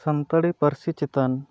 ᱥᱟᱱᱛᱟᱲᱤ ᱯᱟᱹᱨᱥᱤ ᱪᱮᱛᱟᱱ